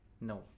No